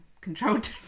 controlled